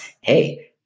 hey